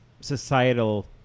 societal